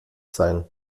sein